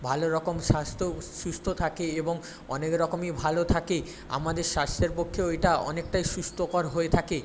ভালো রকম স্বাস্থ্যও সুস্থ থাকে এবং অনেক রকমই ভালো থাকে আমাদের স্বাস্থ্যের পক্ষেও এটা অনেকটাই সুস্থকর হয়ে থাকে